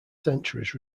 centuries